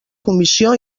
comissió